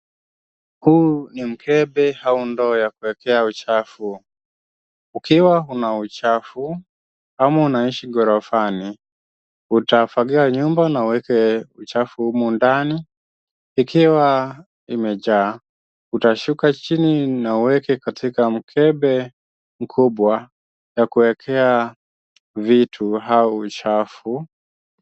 Huu ni mkebe au ndoo ya kuekea uchafu. Ukiwa una uchafu ama unaishi ghorofani utafagia nyumba na uweke uchafu humu ndani. Ikiwa imejaa utashuka chini na uweke katika mkebe mkubwa na kuwekea vitu au uchafu.